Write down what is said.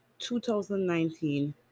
2019